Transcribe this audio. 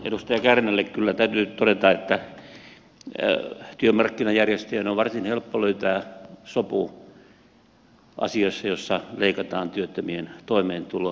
edustaja kärnälle kyllä täytyy nyt todeta että työmarkkinajärjestöjen on varsin helppo löytää sopu asioissa joissa leikataan työttömien toimeentuloa